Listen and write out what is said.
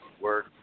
work